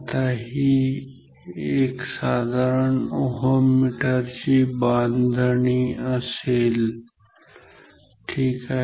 तर ही एका साधारण ओहममीटर ची बांधणी असेल ठीक आहे